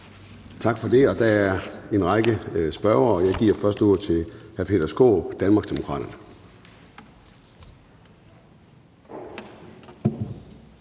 Tak for det. Der er en række spørgere, og jeg giver først ordet til hr. Peter Skaarup, Danmarksdemokraterne.